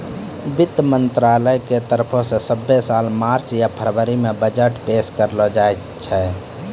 वित्त मंत्रालय के तरफो से सभ्भे साल मार्च या फरवरी मे बजट पेश करलो जाय छै